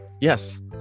yes